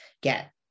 get